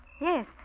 Yes